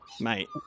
Mate